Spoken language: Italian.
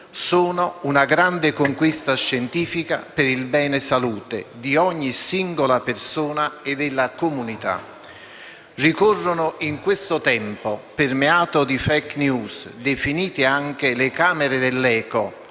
Sono una grande conquista scientifica per il bene salute di ogni singola persona e della comunità. Ricorrono in questo tempo, permeato di *fake news*, definite anche le "camere dell'eco"